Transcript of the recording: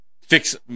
fix